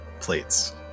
plates